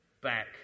back